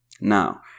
now